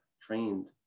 trained